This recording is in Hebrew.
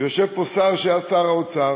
יושב פה שר שהיה שר האוצר,